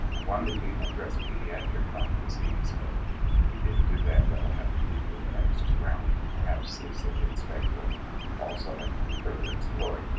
i wanted to address pediatric lyme disease but we we didn't do that. that will have to be for the next round and perhaps this ah so will also have to be further explored.